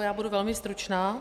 Já budu velmi stručná.